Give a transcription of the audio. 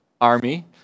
Army